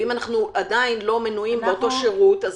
ואם אנחנו עדיין לא מנויים באותו שירות,